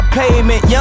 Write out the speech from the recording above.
payment